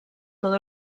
todo